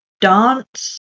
dance